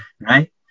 right